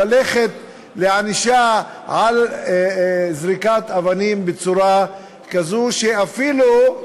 ללכת לענישה על זריקת אבנים בצורה כזו שאפילו,